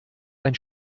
ein